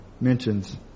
mentions